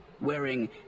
wearing